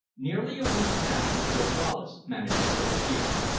nearly a week passed before wallace managed to kill a deer.